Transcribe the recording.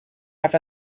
have